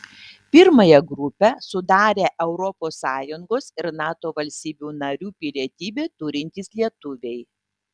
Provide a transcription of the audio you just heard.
pirmąją grupę sudarę europos sąjungos ir nato valstybių narių pilietybę turintys lietuviai